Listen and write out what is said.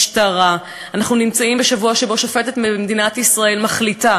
המשמעות היא למעשה שאנחנו הולכים אחורה במקום ללכת קדימה.